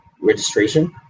registration